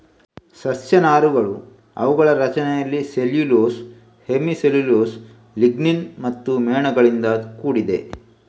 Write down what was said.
ಸಸ್ಯ ನಾರುಗಳು ಅವುಗಳ ರಚನೆಯಲ್ಲಿ ಸೆಲ್ಯುಲೋಸ್, ಹೆಮಿ ಸೆಲ್ಯುಲೋಸ್, ಲಿಗ್ನಿನ್ ಮತ್ತು ಮೇಣಗಳಿಂದ ಕೂಡಿದೆ